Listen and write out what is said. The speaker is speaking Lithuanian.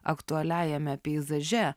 aktualiajame peizaže